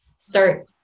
Start